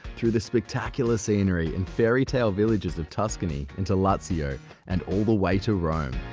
through the spectacular scenery in fairytale villages of tuscany into lazio and all the way to rome.